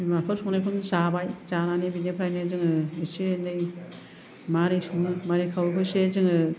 बिमाफोर संनायखौनो जाबाय जानानै बिनिफ्रायनो जोङो एसे एनै मारै सङो मारै खावो बेखौ एसे जोङो